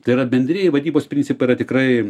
tai yra bendrieji vadybos principai yra tikrai